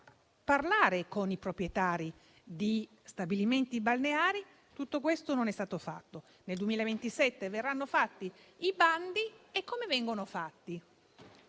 parlare con i proprietari di stabilimenti balneari. Tutto questo non è stato fatto. Nel 2027 verranno fatti i bandi. Come verranno fatti?